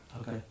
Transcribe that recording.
Okay